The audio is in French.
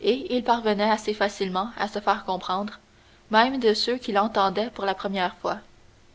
et il parvenait assez facilement à se faire comprendre même de ceux qui l'entendaient pour la première fois